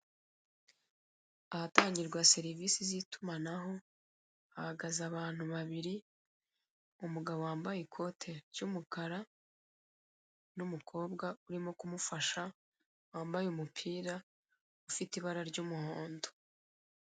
Ahatangirwa serivise z'itumanaho hahagaze abantu babiri umugabo wamabye ikote ry'umukara n'umukobwa urimo kumufasha wambaye umupira ufite ibara ry'umuhondo.